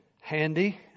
handy